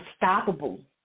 unstoppable